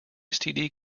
std